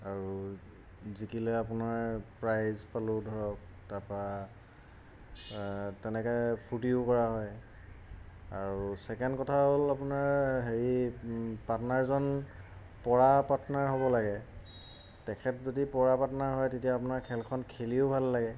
আৰু জিকিলে আপোনাৰ প্ৰাইজ পালোঁ ধৰক তাৰপৰা তেনেকৈ ফূৰ্তিও কৰা হয় আৰু ছেকেণ্ড কথা হ'ল আপোনাৰ হেৰি পাটনাৰজন পৰা পাটনাৰ হ'ব লাগে তেখেত যদি পৰা পাটনাৰ হয় তেতিয়া আপোনাৰ খেলখন খেলিও ভাল লাগে